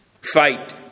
fight